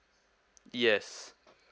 yes